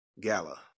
gala